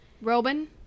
Robin